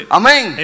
amen